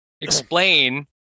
explain